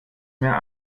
mehr